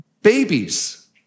Babies